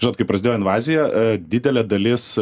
žinot kai prasidėjo invazija a didelė dalis